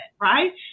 right